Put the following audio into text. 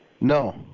No